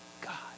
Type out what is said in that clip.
God